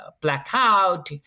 blackout